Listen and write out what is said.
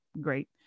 great